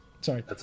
Sorry